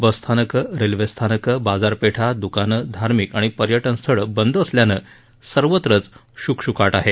बस स्थानकं रेल्वे स्थानकं बाजारपेठा द्कानं धार्मिक आणि पर्यटन स्थळं बंद असल्यानं सर्वत्रच श्कश्काट आहे